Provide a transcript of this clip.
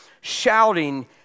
shouting